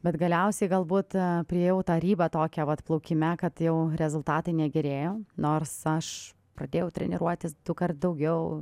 bet galiausiai galbūt priėjau tą ribą tokią vat plaukime kad jau rezultatai negerėjo nors aš pradėjau treniruotis dukart daugiau